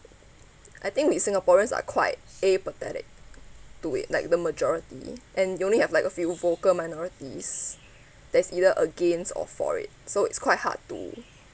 I think we singaporeans are quite apathetic to it like the majority and you only have like a few vocal minorities that's either against or for it so it's quite hard to